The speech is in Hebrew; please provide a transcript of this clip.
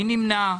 מי נמנע?